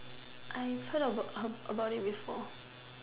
I've heard of er about it before